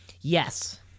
Yes